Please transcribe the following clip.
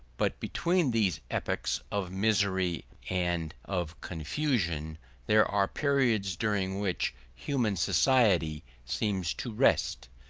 but between these epochs of misery and of confusion there are periods during which human society seems to rest,